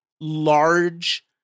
large